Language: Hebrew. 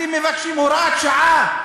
אתם מבקשים הוראת שעה.